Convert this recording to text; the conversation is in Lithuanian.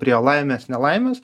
prie laimės nelaimės